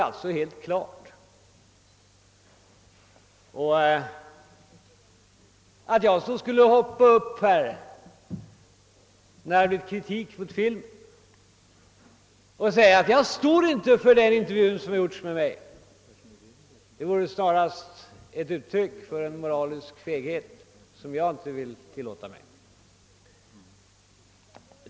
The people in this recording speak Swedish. Att jag skulle hoppa upp här, när det riktas kritik mot filmen, och säga att jag inte står för den intervju som gjordes med mig vore snarast ett uttryck för en moralisk feghet, som jag inte vill tillåta mig.